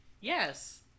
Yes